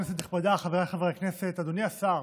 כנסת נכבדה, חבריי חברי הכנסת, אדוני השר,